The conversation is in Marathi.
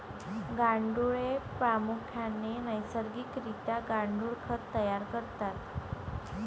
गांडुळे प्रामुख्याने नैसर्गिक रित्या गांडुळ खत तयार करतात